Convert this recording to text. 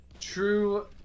true